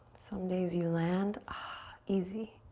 some days you land, ah easy.